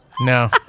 No